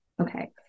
Okay